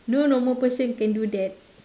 no no person can do that